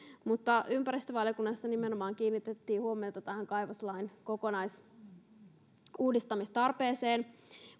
ympäristövaliokunnassa nimenomaan kiinnitettiin huomiota tähän kaivoslain kokonaisuudistamistarpeeseen